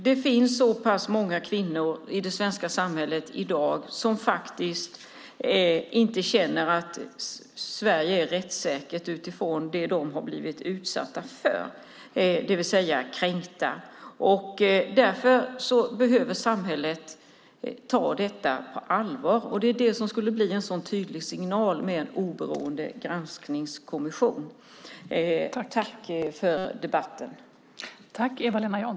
Det finns många kvinnor i vårt samhälle som inte känner att Sverige är rättssäkert på grund av det de har blivit utsatta för. De har blivit kränkta. Därför behöver samhället ta detta på allvar. En oberoende granskningskommission skulle vara en tydlig signal om det. Jag tackar för debatten.